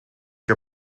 que